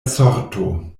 sorto